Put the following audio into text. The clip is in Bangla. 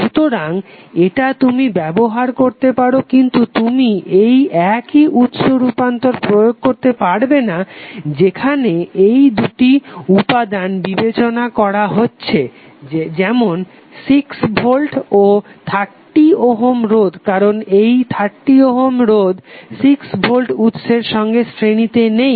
সুতরাং এটা তুমি ব্যবহার করতে পারো কিন্তু তুমি এই একই উৎস রূপান্তর প্রয়োগ করতে পারবে না যেখানে এই দুটি উপাদান বিবেচনা করা হচ্ছে যেমন 6 ভোল্ট ও 30 ওহম রোধ কারণ এই 30 ওহম রোধ 6 ভোল্ট উৎসের সঙ্গে শ্রেণীতে নেই